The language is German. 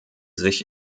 sich